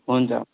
हुन्छ